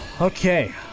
Okay